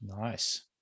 Nice